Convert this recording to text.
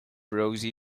rosy